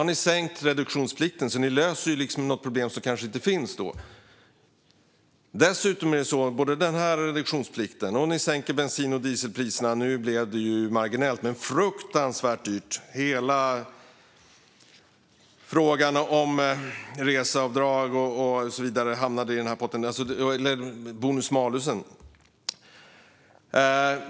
Och ni har sänkt reduktionsplikten, så ni löser liksom ett problem som kanske inte finns då. Dessutom är det så att både det här med reduktionsplikten och att ni sänker bensin och dieselpriserna - nu blev det ju marginellt - blir fruktansvärt dyrt. Hela frågan om reseavdrag och så vidare hamnade i den här potten. Det handlar också om bonus malus.